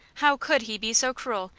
how could he be so cruel,